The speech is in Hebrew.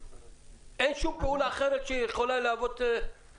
אין שום פעולה אחרת שיכולה להיות סכנה